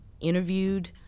interviewed